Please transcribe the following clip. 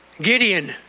Gideon